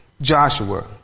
Joshua